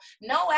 No